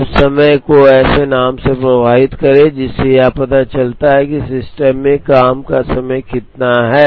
अब समय को ऐसे नाम से प्रवाहित करें जिससे यह पता चलता है कि सिस्टम में काम का समय कितना है